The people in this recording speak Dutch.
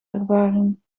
ervaring